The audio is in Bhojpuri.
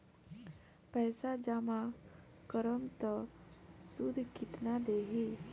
पैसा जमा करम त शुध कितना देही?